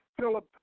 Philip